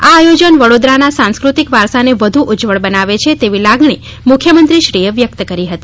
આ આયોજન વડોદરાના સાંસ્કૃતિક વારસાને વધુ ઉજવળ બનાવે છે તેવી લાગણી મુખ્યમંત્રીશ્રીએ વ્યક્ત કરી હતી